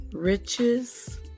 riches